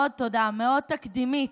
תודה, מאוד תקדימית,